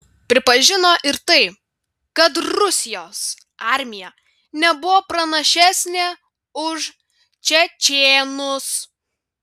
pripažino ir tai kad rusijos armija nebuvo pranašesnė už čečėnus